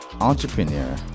entrepreneur